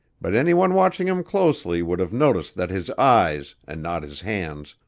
but any one watching him closely would have noticed that his eyes, and not his hands,